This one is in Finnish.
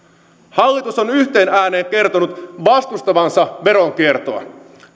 hallitus on yhteen ääneen kertonut vastustavansa veronkiertoa